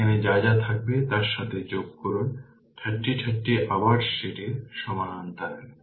সেখানে যা যা থাকবে তার সাথে যোগ করুন 30 30 আবার সেটির সমান্তরালে